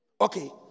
Okay